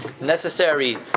Necessary